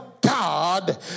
God